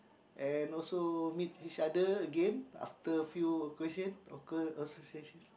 and also meet each other again after few occasion association